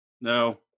No